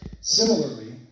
Similarly